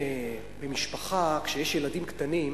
במשפחה, כשיש ילדים קטנים,